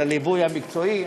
על הליווי המקצועי,